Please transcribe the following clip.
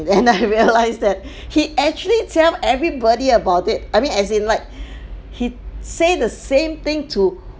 and then I realised that he actually tell everybody about it I mean as in like he say the same thing to